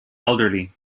elderly